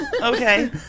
Okay